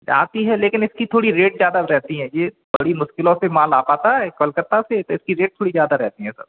आती है लेकिन इसका थोड़ा रेट ज़्यादा रहता है यह बड़ी मुश्किलों से माल आ पाता है कलकत्ता से तो इसका रेट थोड़ा ज़्यादा रहता है सर